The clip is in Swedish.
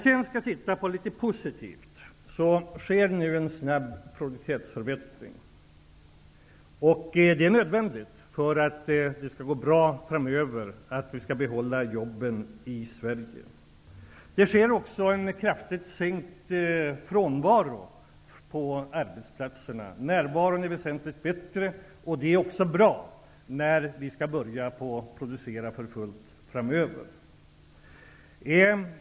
För att tala om något positivt sker nu en snabb produktivitetsförbättring. Det är nödvändigt för att det skall gå bra framöver, för att vi skall få behålla jobben i Sverige. Det är också en kraftigt minskad frånvaro på arbetsplatserna. Närvaron är väsentligt bättre. Det är också bra när vi skall börja producera för fullt framöver.